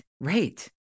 right